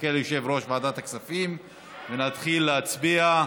נחכה ליושב-ראש ועדת הכספים ונתחיל להצביע.